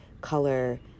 color